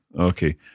Okay